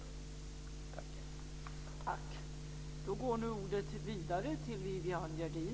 Tack!